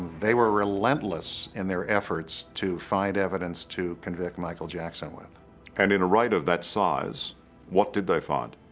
they were relentless in their efforts to find evidence to convict michael jackson with and in a write of that sighs what did they find?